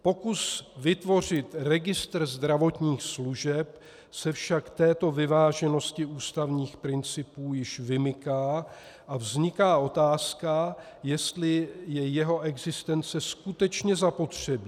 Pokus vytvořit registr zdravotních služeb se však této vyváženosti ústavních principů již vymyká a vzniká otázka, jestli je jeho existence skutečně zapotřebí.